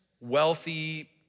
wealthy